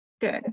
good